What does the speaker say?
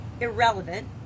irrelevant